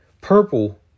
purple